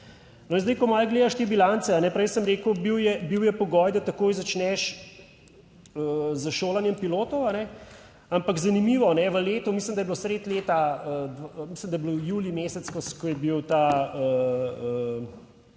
ko malo gledaš te bilance, prej sem rekel, bil je, bil je pogoj, da takoj začneš s šolanjem pilotov, ampak zanimivo v letu, mislim, da je bilo sredi leta, mislim, da je bil julij mesec, ko je bil ta